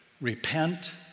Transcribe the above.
repent